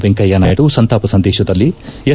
ವೆಂಕಯ್ಲನಾಯ್ನು ಸಂತಾಪ ಸಂದೇಶದಲ್ಲಿ ಎಸ್